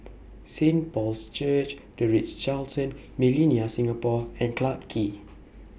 Saint Paul's Church The Ritz Carlton Millenia Singapore and Clarke Quay